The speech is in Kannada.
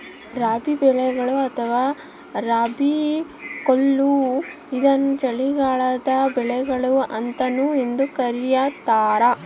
ರಬಿ ಬೆಳೆಗಳು ಅಥವಾ ರಬಿ ಕೊಯ್ಲು ಇದನ್ನು ಚಳಿಗಾಲದ ಬೆಳೆಗಳು ಅಂತಾನೂ ಎಂದೂ ಕರೀತಾರ